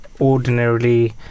ordinarily